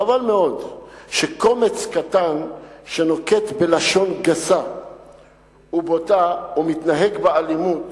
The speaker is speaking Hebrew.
חבל מאוד שקומץ קטן שנוקט לשון גסה ובוטה ומתנהג באלימות